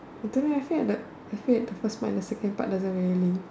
you tell me I said the I said the first part and second part doesn't really link